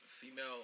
female